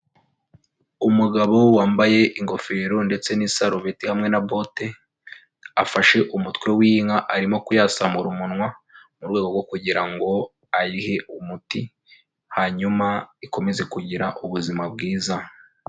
Umugabo wambaye ingofero ndetse n'isarubeti hamwe na bote, afashe umutwe w'iyi nka arimo kuyasamura umunwa, mu rwego rwo kugira ngo ayihe umuti, hanyuma ikomeze kugira ubuzima bwiza.